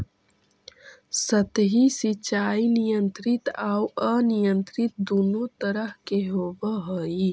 सतही सिंचाई नियंत्रित आउ अनियंत्रित दुनों तरह से होवऽ हइ